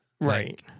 right